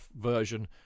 version